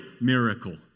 miracle